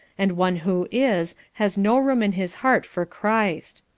and one who is, has no room in his heart for christ.